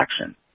action